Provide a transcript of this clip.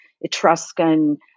Etruscan